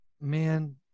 Man